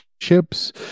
ships